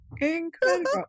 Incredible